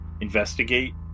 investigate